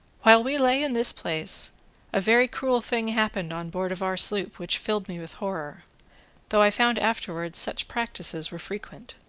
while we lay in this place a very cruel thing happened on board of our sloop which filled me with horror though i found afterwards such practices were frequent.